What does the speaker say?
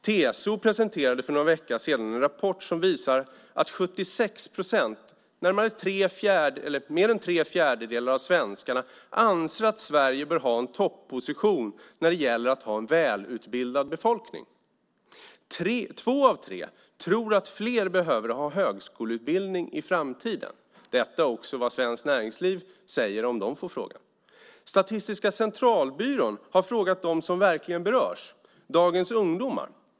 TCO presenterade för någon vecka sedan en rapport som visar att 76 procent, mer än tre fjärdedelar, av svenskarna anser att Sverige bör ha en topposition när det gäller att ha en välutbildad befolkning. Två av tre tror att fler behöver ha högskoleutbildning i framtiden. Det är också vad Svenskt Näringsliv säger om de får frågan. Statistiska centralbyrån har frågat dem som verkligen berörs, dagens ungdomar.